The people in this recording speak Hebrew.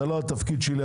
זה לא התפקיד שלי.